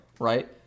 Right